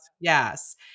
Yes